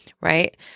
right